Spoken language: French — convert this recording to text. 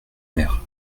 maires